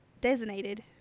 designated